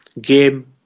game